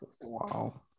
Wow